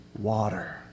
water